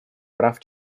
прав